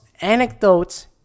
anecdotes